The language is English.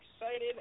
Excited